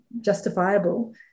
justifiable